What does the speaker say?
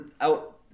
out